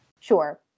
Sure